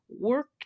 work